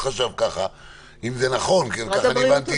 כש-10 אנשים זה התקן של התקהלות מותרת בתוך מבנה,